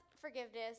forgiveness